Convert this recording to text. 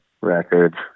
records